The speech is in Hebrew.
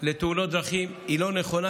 לתאונות דרכים היא לא נכונה,